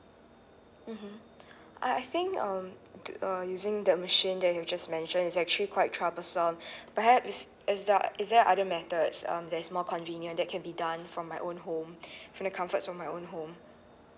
mmhmm I I think um uh using that machine that you just mentioned is actually quite troublesome perhaps is is that is there other methods um there's more convenient that can be done from my own home from the comfort of my own home